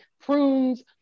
prunes